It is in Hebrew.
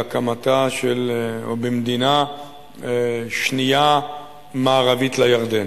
בהקמתה של, או במדינה שנייה מערבית לירדן.